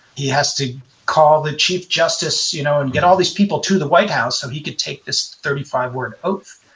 he has to call the chief justice, you know, and get all these people to the white house so he could take this thirty five word oath.